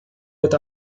with